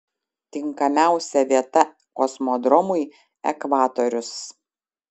tinkamiausia vieta kosmodromui ekvatorius